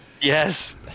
Yes